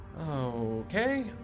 Okay